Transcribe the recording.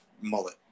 mullet